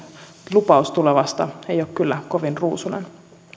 lupaus tulevasta ei ole kyllä kovin ruusuinen